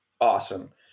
awesome